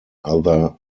other